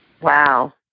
Wow